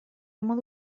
modu